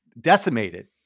decimated